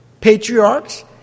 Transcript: patriarchs